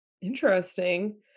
Interesting